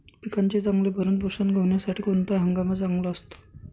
पिकाचे चांगले भरण पोषण होण्यासाठी कोणता हंगाम चांगला असतो?